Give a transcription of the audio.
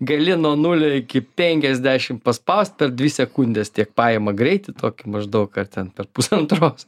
gali nuo nulio iki penkiasdešim paspaust per dvi sekundes tiek paima greitį tokį maždaug ar ten per pusantros